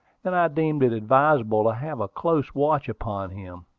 and i deemed it advisable to have a close watch upon him.